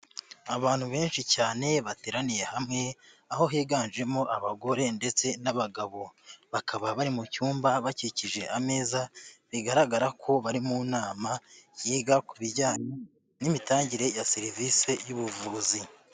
Abantu benshi cyane bateraniye hamwe, aho higanjemo abagore ndetse n'abagabo. Bakaba bari mu cyumba bakikije ameza, bigaragara ko bari mu nama, yiga kubijyanye n'imitangire ya serivisi y'ubuvuzi.